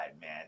man